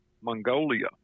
mongolia